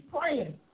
praying